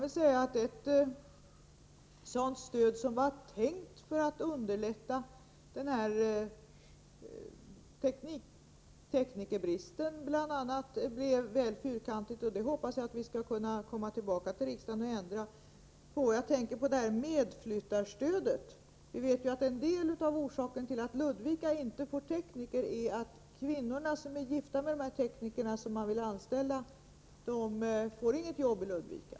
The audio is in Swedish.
Ett stöd som var tänkt att underlätta möjligheterna att råda bot på teknikerbristen blev väl fyrkantigt. Jag hoppas att vi skall kunna komma tillbaka till riksdagen och få en ändring. Jag tänker på medflyttarstödet. En av orsakerna till att Ludvika inte får tekniker är att kvinnorna som är gifta med de tekniker som man vill anställa inte får något jobb i Ludvika.